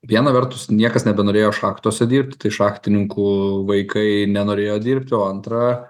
viena vertus niekas nebenorėjo šachtose dirbti tai šachtininkų vaikai nenorėjo dirbti o antra